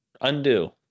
undo